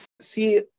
See